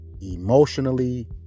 emotionally